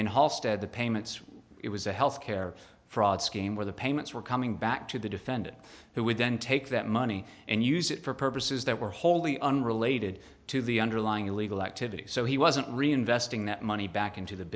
hall stead the payments it was a health care fraud scheme where the payments were coming back to the defendant who would then take that money and use it for purposes that were wholly unrelated to the underlying illegal activity so he wasn't reinvesting that money back into the